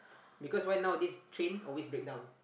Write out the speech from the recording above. because why nowadays train always break down